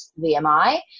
VMI